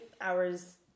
hours